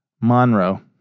Monroe